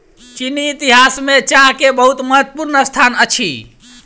चीनी इतिहास में चाह के बहुत महत्वपूर्ण स्थान अछि